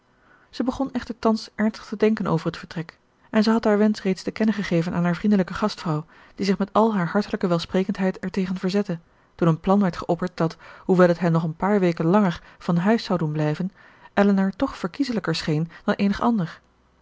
zij begon echter thans ernstig te denken over het vertrek en zij had haar wensch reeds te kennen gegeven aan haar vriendelijke gastvrouw die zich met al haar hartelijke welsprekendheid ertegen verzette toen een plan werd geopperd dat hoewel het hen nog een paar weken langer van huis zou doen blijven elinor toch verkieselijker scheen dan eenig ander